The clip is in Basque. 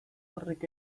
horrek